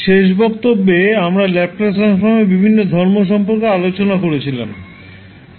শেষ বক্তব্যে আমরা ল্যাপ্লাস ট্রান্সফর্মের বিভিন্ন ধর্ম সম্পর্কে আলোচনা করেছিলাম